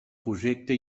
projecte